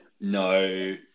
no